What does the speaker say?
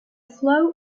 flow